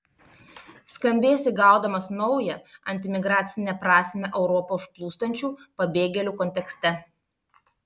skambės įgaudamas naują antiimigracinę prasmę europą užplūstančių pabėgėlių kontekste